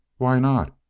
why not?